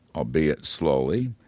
albeit slowly.